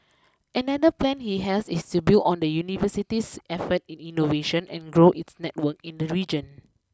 another plan he has is to build on the University's efforts in innovation and grow its networks in the region